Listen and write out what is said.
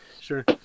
Sure